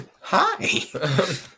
Hi